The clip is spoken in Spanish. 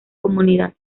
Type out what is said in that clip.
comunidad